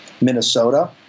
Minnesota